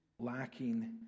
Lacking